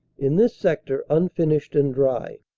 in this sector unfinished and dry.